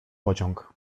pociąg